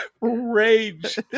rage